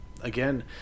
again